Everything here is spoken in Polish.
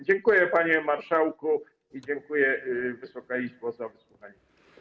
Dziękuję, panie marszałku, i dziękuję, Wysoka Izbo, za wysłuchanie.